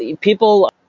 people